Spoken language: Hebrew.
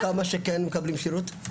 מתוך כמה שמקבלים שירות?